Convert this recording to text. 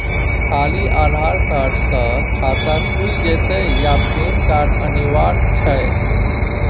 खाली आधार कार्ड स खाता खुईल जेतै या पेन कार्ड अनिवार्य छै?